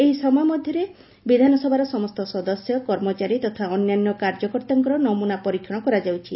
ଏହି ସମୟ ମଧରେ ବିଧାନସଭାର ସମସ୍ତ ସଦସ୍ୟ କର୍ମଚାରୀ ତଥା ଅନ୍ୟାନ୍ୟ କାର୍ଯ୍ୟକର୍ତ୍ତାଙ୍କର ନମୁନା ପରୀକ୍ଷଣ କରାଯାଉଛି